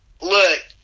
Look